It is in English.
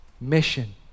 Mission